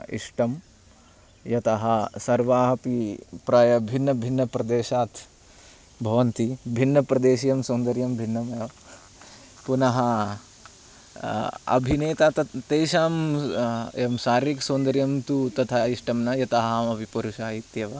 इष्टं यतः सर्वाः अपि प्रायः भिन्नभिन्न प्रदेशात् भवन्ति भिन्नप्रदेशीयं सौन्दर्यं भिन्नमेव पुनः अभिनेता तेषां शारीरकसौन्दर्यं तु तथा इष्टं न भवति यतः अहमपि पुरुषः इत्येव